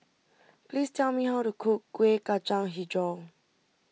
please tell me how to cook Kuih Kacang HiJau